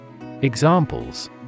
Examples